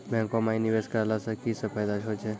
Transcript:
बैंको माई निवेश कराला से की सब फ़ायदा हो छै?